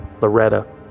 Loretta